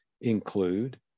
include